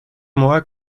mois